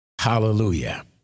Hallelujah